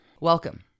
Welcome